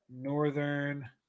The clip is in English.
Northern